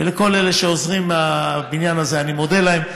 ולכל אלה שעוזרים מהבניין הזה, אני מודה להם.